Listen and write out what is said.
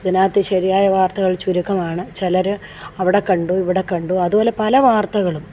ഇതിനകത്ത് ശരിയായ വാർത്തകൾ ചുരുക്കമാണ് ചിലർ അവിടെ കണ്ടു ഇവിടെ കണ്ടു അതുപോലെ പല വാർത്തകളും